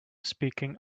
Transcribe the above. speaking